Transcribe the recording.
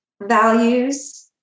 values